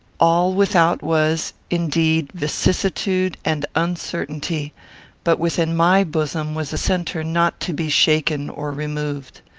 all without was, indeed, vicissitude and uncertainty but within my bosom was a centre not to be shaken or removed.